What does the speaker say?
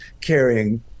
carrying